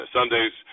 Sundays